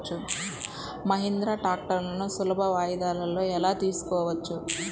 మహీంద్రా ట్రాక్టర్లను సులభ వాయిదాలలో ఎలా తీసుకోవచ్చు?